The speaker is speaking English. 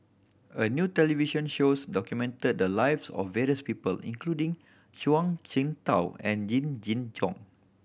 a new television shows documented the lives of various people including Zhuang Shengtao and Yee Jenn Jong